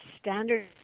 standard